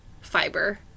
fiber